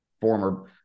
former